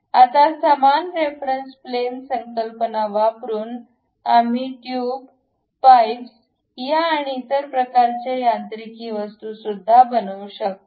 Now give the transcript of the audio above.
आता समान reference plan संकल्पना वापरुन आम्ही ट्यूब पाईप्स या आणि इतर प्रकारच्या यांत्रिकी वस्तू सुद्धा बनवू शकतो